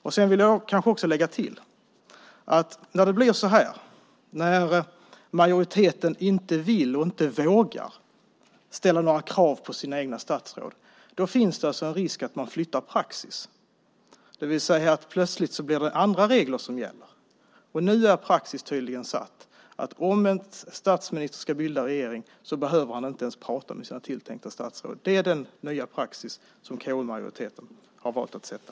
Jag vill lägga till att när majoriteten inte vill eller vågar ställa krav på sina egna statsråd finns det en risk att praxis flyttas. Plötsligt blir det andra regler som gäller. Nu är praxis satt så att om en statsminister ska bilda regering behöver han inte ens prata med sina tilltänkta statsråd. Det är den nya praxis som KU-majoriteten har valt att sätta.